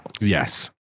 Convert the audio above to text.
Yes